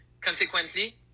Consequently